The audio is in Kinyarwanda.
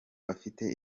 bafite